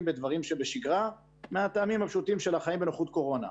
בדברים שבשגרה מהטעמים הפשוטים של החיים בנוכחות קורונה.